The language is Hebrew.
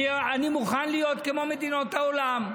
אני מוכן להיות כמו מדינות העולם: